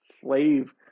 slave